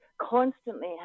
constantly